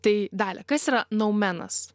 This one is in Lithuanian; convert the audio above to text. tai dalia kas yra noumenas